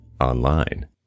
online